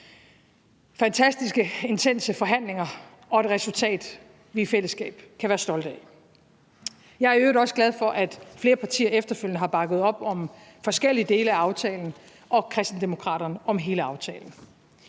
fantastiske, intense forhandlinger og et resultat, vi i fællesskab kan være stolte af. Jeg er i øvrigt også glad for, at flere partier efterfølgende har bakket op om forskellige dele af aftalen og Kristendemokraterne om hele aftalen.